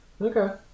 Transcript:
Okay